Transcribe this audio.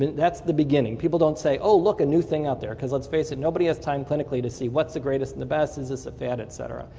that's the beginning. people don't say oh, look, a new thing out there. let's face it, nobody has time clinically to see what's the greatest and the best, is this a fad, et cetera.